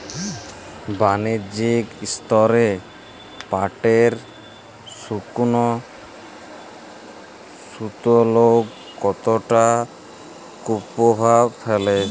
বাণিজ্যিক স্তরে পাটের শুকনো ক্ষতরোগ কতটা কুপ্রভাব ফেলে?